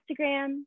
Instagram